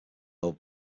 old